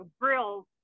grills